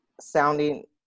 sounding